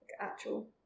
Actual